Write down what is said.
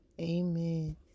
amen